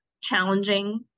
challenging